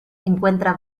encuentra